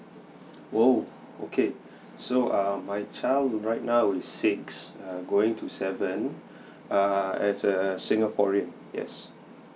!whoa! okay so uh my child right now is six err going to seven err as a singaporean yes